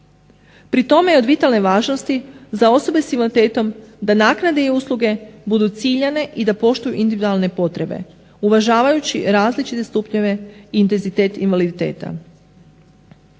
Pri tome je od vitalne važnosti za osobe s invaliditetom da naknade i usluge budu ciljane i da poštuju individualne potrebe uvažavajući različite stupnjeve i intenzitet invaliditeta.